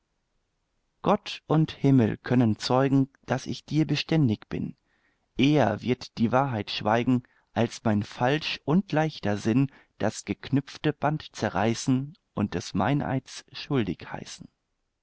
gott und himmel können zeugen daß ich dir beständig bin eher wird die wahrheit schweigen als mein falsch und leichter sinn das geknüpfte band zerreißen und des meineids schuldig heißen